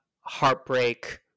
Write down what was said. heartbreak